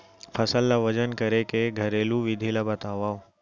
फसल ला वजन करे के घरेलू विधि ला बतावव?